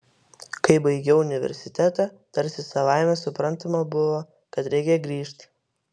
kai baigiau universitetą tarsi savaime suprantama buvo kad reikia grįžt